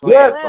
Yes